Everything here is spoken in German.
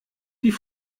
die